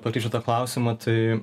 pateikčiau tą klausimą tai